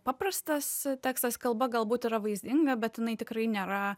paprastas tekstas kalba galbūt yra vaizdinga bet jinai tikrai nėra